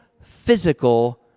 physical